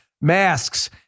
masks